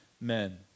men